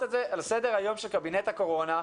את זה על סדר היום של קבינט הקורונה.